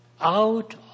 out